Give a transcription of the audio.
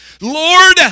Lord